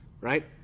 right